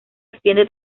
extiende